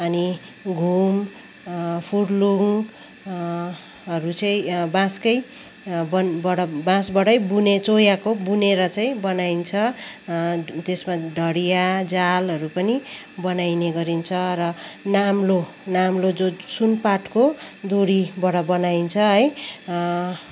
अनि घुम फुर्लुङ हरू चाहिँ बाँसकै बनबाट बाँसबाटै बुने चोयाको बुनेर चाहिँ बनाइन्छ त्यसमा ढडियाँ जालहरू पनि बनाइने गरिन्छ र नाम्लो नाम्लो जो सुनपाटको डोरीबड बनाइन्छ है